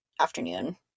afternoon